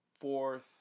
fourth